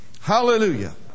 Hallelujah